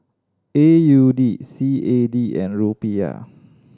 A U D C A D and Rupiah